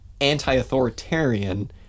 anti-authoritarian